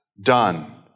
done